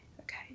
okay